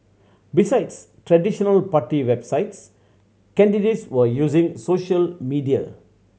besides traditional party websites candidates were using social media